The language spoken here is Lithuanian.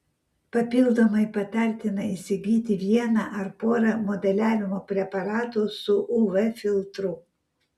papildomai patartina įsigyti vieną ar porą modeliavimo preparatų su uv filtru